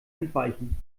entweichen